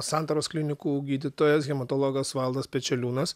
santaros klinikų gydytojas hematologas valdas pečeliūnas